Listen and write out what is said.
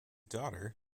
daughter